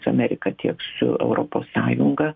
su amerika tiek su europos sąjunga